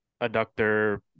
adductor